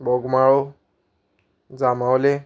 Bogmalo जामावले